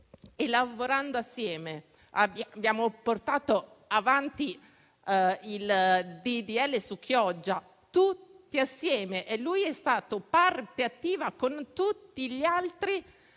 lavorando assieme. Abbiamo portato avanti il disegno di legge su Chioggia tutti insieme, e lui è stato parte attiva con tutti gli altri